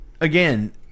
again